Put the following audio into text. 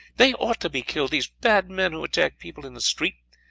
they ought to be killed, these bad men who attack people in the street.